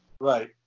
Right